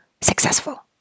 successful